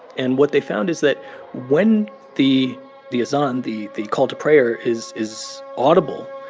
and what they found is that when the the azaan, the the call to prayer, is is audible,